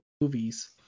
movies